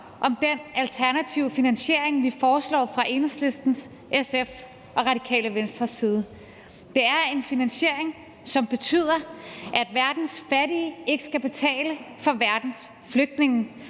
om den alternative finansiering, vi foreslår fra Enhedslisten, SF og Radikale Venstres side. Det er en finansiering, som betyder, at verdens fattige ikke skal betale for verdens flygtninge,